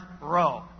row